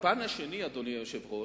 הפן השני, אדוני היושב-ראש,